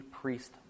priest